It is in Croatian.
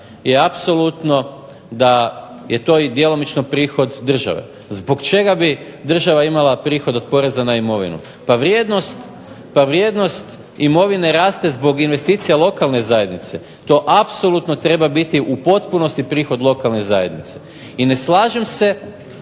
je apsolutno da je to djelomično prihod države. Zbog čega bi država imala prihod od poreza na imovinu, pa vrijednost imovina raste zbog investicija lokalne zajednice, to apsolutno treba biti u potpunosti prihod lokalne zajednice, i ne slažem se